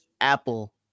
Apple